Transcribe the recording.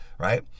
Right